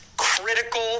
Critical